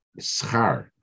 schar